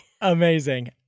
Amazing